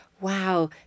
wow